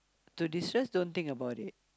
to destress don't think about it